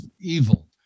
evil